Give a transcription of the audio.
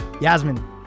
Yasmin